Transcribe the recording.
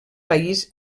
país